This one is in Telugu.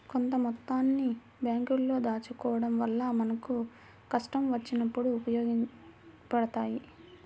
కొంత మొత్తాన్ని బ్యేంకుల్లో దాచుకోడం వల్ల మనకు కష్టం వచ్చినప్పుడు ఉపయోగపడతయ్యి